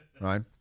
right